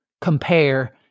compare